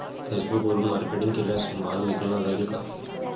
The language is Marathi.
फेसबुकवरुन मार्केटिंग केल्यास माल विकला जाईल का?